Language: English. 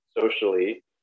socially